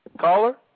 Caller